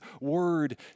word